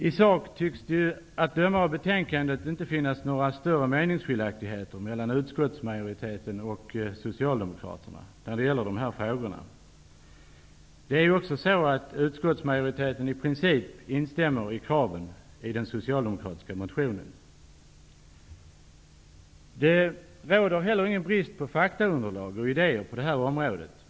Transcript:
I sak tycks det, att döma av betänkandet, inte finnas några större meningsskiljaktigheter mellan utskottsmajoriteten och socialdemokraterna i de här frågorna. Utskottsmajoriteten instämmer också i princip i kraven i den socialdemokratiska motionen. Det råder inte heller någon brist på faktaunderlag och idéer på det här området.